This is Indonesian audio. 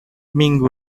minggu